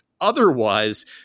Otherwise